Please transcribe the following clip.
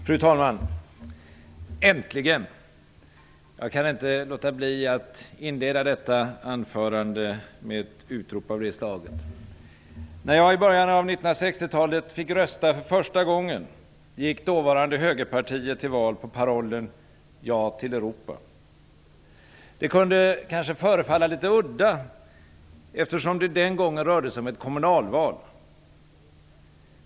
Fru talman! Äntligen! Jag kan inte låta bli att inleda detta anförande med ett utrop av det slaget. När jag i början av 1960-talet fick rösta för första gången, gick dåvarande Högerpartiet till val på parollen "Ja till Europa". Det kunde förefalla litet udda, eftersom det den gången rörde sig om ett kommunalval.